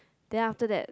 then after that